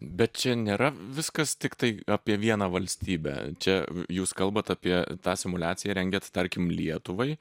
bet čia nėra viskas tiktai apie vieną valstybę čia jūs kalbate apie tą simuliaciją rengiat tarkim lietuvai